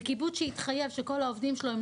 זה קיבוץ שהתחייב שכל העובדים שלו לא